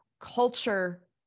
culture